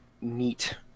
neat